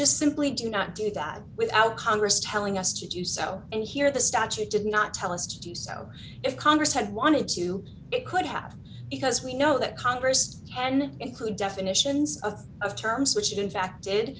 just simply do not do that without congress telling us to do so and here the statute did not tell us to do so if congress had wanted to it could happen because we know that congress and include definitions of of terms which